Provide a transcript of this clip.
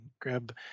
grab